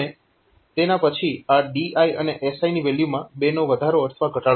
અને તેના પછી આ DI અને SI ની વેલ્યુમાં 2 નો વધારો અથવા ઘટાડો થાય છે